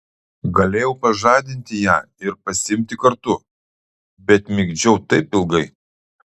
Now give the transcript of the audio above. galėjau pažadinti ją ir pasiimti kartu bet migdžiau taip ilgai